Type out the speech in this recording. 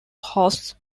hosts